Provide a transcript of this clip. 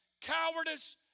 cowardice